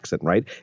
Right